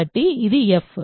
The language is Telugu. కాబట్టి ఇది f